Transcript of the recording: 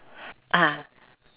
ah